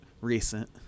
recent